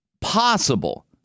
possible